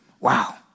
Wow